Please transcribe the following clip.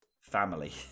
family